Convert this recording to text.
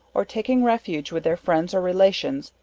or taking refuge with their friends or relations,